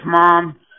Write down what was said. mom